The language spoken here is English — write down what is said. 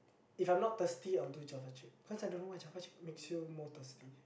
if I'm not thirsty I will do Java chip cause I don't know why Java chip makes you more thirsty